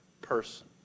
person